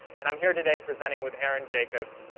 and i'm here today presenting with aaron jacobs,